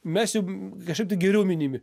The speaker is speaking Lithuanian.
mes jau kažkaip tai geriau minimi